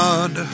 God